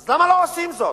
אז למה לא עושים זאת?